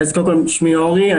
שמי אורי בוצ'ומנסקי,